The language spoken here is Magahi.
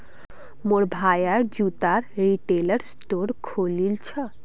मोर भाया जूतार रिटेल स्टोर खोलील छ